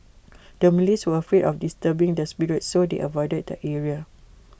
the Malays were afraid of disturbing the spirits so they avoided the area